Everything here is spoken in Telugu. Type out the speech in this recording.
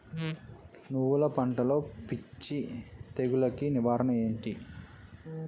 నువ్వులు పంటలో పిచ్చి తెగులకి నివారణ ఏంటి?